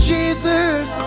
Jesus